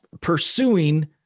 pursuing